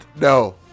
No